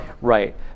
Right